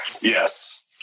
Yes